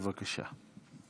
בבקשה.